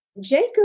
Jacob